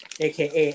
aka